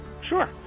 sure